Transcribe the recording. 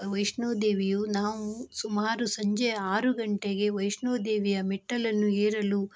ವೈಷ್ಣೋದೇವಿಯು ನಾವು ಸುಮಾರು ಸಂಜೆ ಆರು ಗಂಟೆಗೆ ವೈಷ್ಣೋದೇವಿಯ ಮೆಟ್ಟಲನ್ನು ಏರಲು